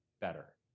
better